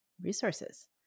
resources